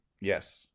Yes